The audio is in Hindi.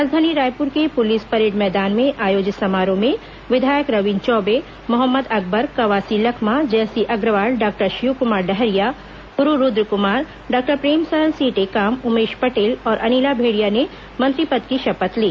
राजधानी रायपुर के पुलिस परेड मैदान में आयोजित समारोह में विधायक रविन्द्र चौबे मोहम्मद अकबर कवासी लखमा जयसिंह अग्रवाल डॉक्टर शिवकुमार डहरिया गुरू रूदकुमार डॉक्टर प्रेमसाय सिंह टेकाम उमेश पटेल और अनिला भेड़िया ने मंत्री पद की शपथ ली